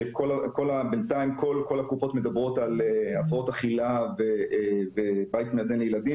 שבינתיים כל הקופות מדברות על הפרעות אכילה ובית מאזן לילדים.